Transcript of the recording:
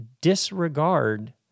disregard